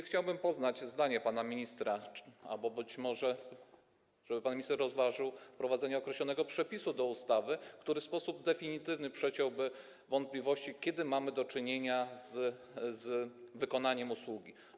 Chciałbym poznać zdanie pana ministra, czy pan minister rozważyłby wprowadzenie określonego przepisu do ustawy, który w sposób definitywny przeciąłby wątpliwości, kiedy mamy do czynienia z wykonaniem usługi.